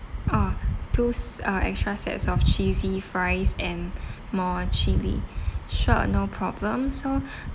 oh two s~ uh extra sets of cheesy fries and more chilli sure no problem so